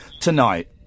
tonight